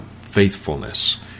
faithfulness